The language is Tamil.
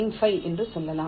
95 என்று சொல்லலாம்